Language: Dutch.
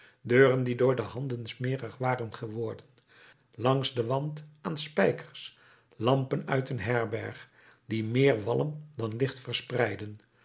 deuren die door de handen smerig waren geworden langs den wand aan spijkers lampen uit een herberg die meer walm dan licht verspreidden